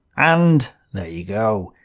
and there you go.